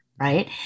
Right